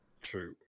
true